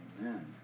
Amen